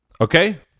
Okay